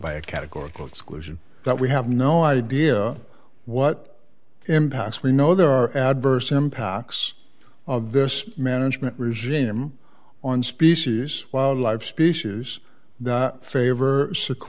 by a categorical exclusion that we have no idea what impacts we know there are adverse impacts of this management regime on species wildlife species favor s